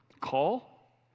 call